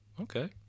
Okay